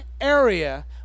area